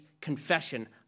confession